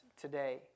today